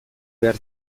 behar